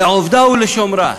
"לעבדה ולשמרה",